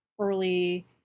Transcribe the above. early